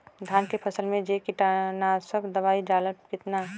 धान के फसल मे जो कीटानु नाशक दवाई डालब कितना?